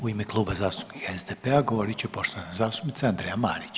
U ime Kluba zastupnika SDP-a govorit će poštovana zastupnica Andreja Marić.